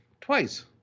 Twice